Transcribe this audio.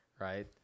right